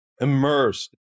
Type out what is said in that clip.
immersed